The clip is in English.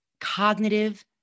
cognitive